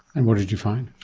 and what did you find?